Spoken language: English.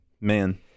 man